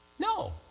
No